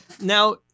Now